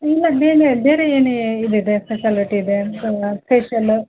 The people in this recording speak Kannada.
ಇಲ್ಲ ಬೇಲೆ ಬೇರೆ ಏನು ಇದು ಇದೆ ಫೆಸಿಲಿಟಿ ಇದೆ ಫೆಶ್ಯಲ್ಲು